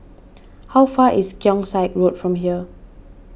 how far is Keong Saik Road from here